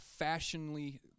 fashionly